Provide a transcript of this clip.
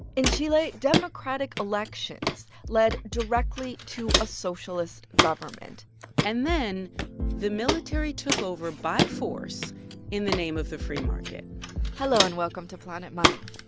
in chile, democratic elections led directly to a socialist government and then the military took over by force in the name of the free market hello, and welcome to planet money.